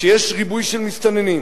כשיש ריבוי של מסתננים,